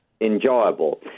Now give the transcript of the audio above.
enjoyable